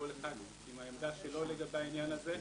כל אחד עם העמדה שלו לגבי העניין הזה,